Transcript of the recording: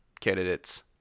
candidates